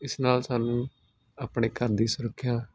ਇਸ ਨਾਲ ਸਾਨੂੰ ਆਪਣੇ ਘਰ ਦੀ ਸੁਰੱਖਿਆ